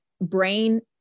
brain